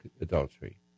adultery